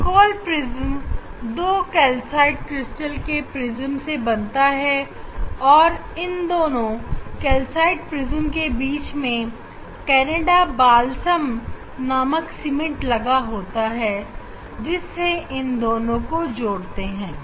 Nicol prism दो calcite crystal के prism से बनता है और इन दोनों कैल्साइट प्रिज्म के बीच में केनेडा बालसम नामक सीमेंट लगा होता है जिससे हम इन दोनों को जोड़ते हैं